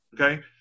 okay